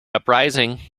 uprising